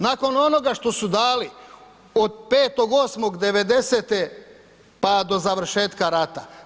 Nakon onoga što su dali, od 5.8.1990. pa do završetka rata.